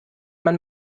man